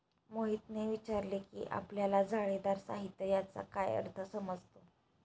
मोहितने विचारले की आपल्याला जाळीदार साहित्य याचा काय अर्थ समजतो?